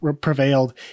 prevailed